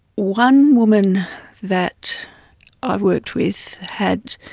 one woman that i worked with had